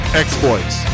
exploits